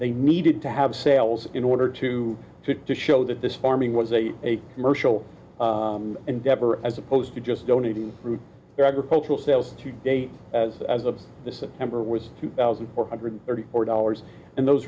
they needed to have sales in order to to show that this farming was a commercial endeavor as opposed to just donating through their agricultural sales to date as as of the september was two thousand four hundred thirty four dollars and those